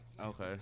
okay